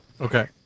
Okay